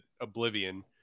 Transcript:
oblivion